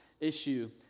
issue